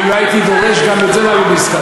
אם לא הייתי דורש, גם את זה, לא היו נזכרים.